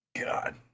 God